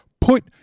put